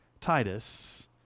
Titus